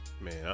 Man